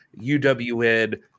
UWN